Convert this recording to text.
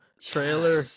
trailer